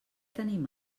tenim